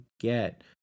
get